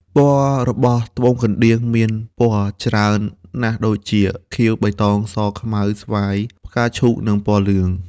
ពណ៍របស់ត្បូងកណ្តៀងមានពណ៌ច្រើនណាស់ដូចជា ខៀវ បៃតង ស ខ្មៅ ស្វាយ ផ្កាឈូក និងពណ៌លឿង។